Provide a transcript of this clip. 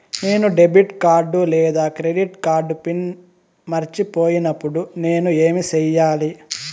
నేను debit card లేదా credit card PIN మర్చిపోయినప్పుడు నేను ఏమి సెయ్యాలి?